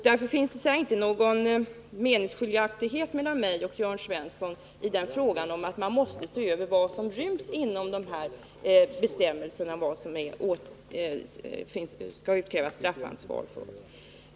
Därför finns det inte någon meningsskiljaktighet mellan mig och Jörn Svensson om att man måste se över vad som ryms inom de här bestämmelserna om vad man skall utkräva straffansvar för.